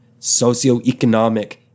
socioeconomic